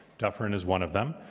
dufrin is one of them.